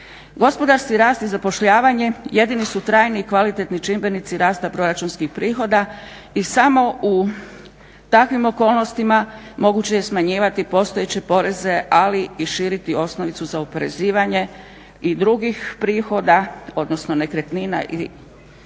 Gospodarski rast i zapošljavanje jedini su trajni i kvalitetni čimbenici rasta proračunskih prihoda i samo u takvim okolnostima moguće je smanjivati postojeće poreze, ali i širiti osnovicu za oporezivanje i drugih prihoda odnosno nekretnina i prihoda